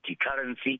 Currency